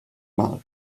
mal